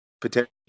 potentially